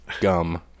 gum